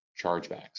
chargebacks